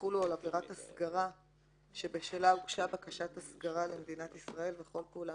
יחולו על עבירת הסגרה שבשלה הוגשה בקשת הסגרה למדינת ישראל וכל פעולה